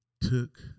took